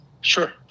Sure